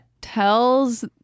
tells